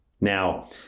Now